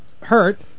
hurt